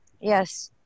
Yes